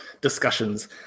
discussions